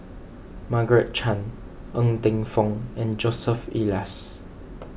Margaret Chan Ng Teng Fong and Joseph Elias